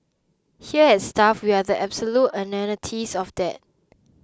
here at Stuff we are the absolute antithesis of that